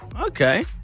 Okay